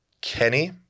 Kenny